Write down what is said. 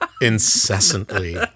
incessantly